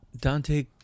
Dante